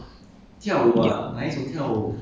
um